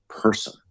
person